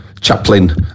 Chaplin